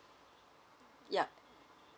yup